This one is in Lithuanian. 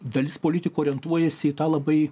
dalis politikų orientuojasi į tą labai